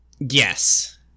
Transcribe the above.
Yes